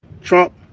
Trump